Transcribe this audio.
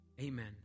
Amen